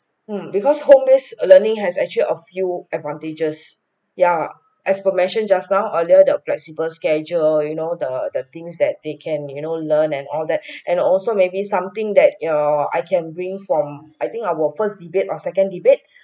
mm because home based learning has actually a few advantages ya as per mentioned just now earlier the flexible schedule you know the the things that he can you know learn and all that and also maybe something that err I can bring from I think our first debate or second debate